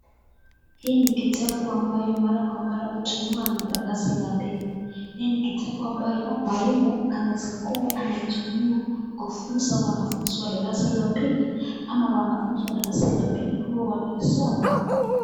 Hii ni kitabu ambayo mara kwa mara hutumiwa na darasa la pili, hii ni kitabu ambayo mwalimu anaweza kuwa kufunza wanafunzi wa darasa la pili ama wanafunzi wa darasa la pili huwa wanaisoma.